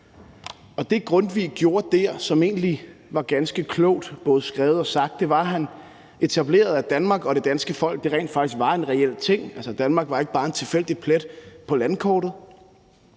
Det, Grundtvig gjorde der, som egentlig var ganske klogt, både skrevet og sagt, var, at han etablerede, at Danmark og det danske folk rent faktisk var en reel ting. Altså, Danmark var ikke bare en tilfældig plet på landkortet.